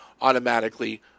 automatically